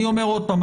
אני אומר עוד פעם,